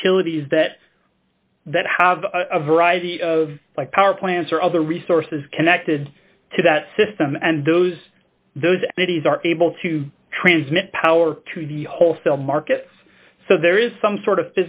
utilities that that have a variety of like power plants or other resources connected to that system and those those entities are able to transmit power to the wholesale market so there is some sort of